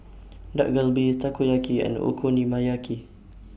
Dak Galbi Takoyaki and Okonomiyaki